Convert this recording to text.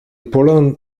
poland